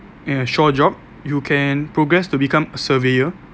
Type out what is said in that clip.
ya shore job you can progress to become a surveyor